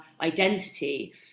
identity